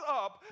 up